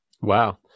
Wow